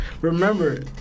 remember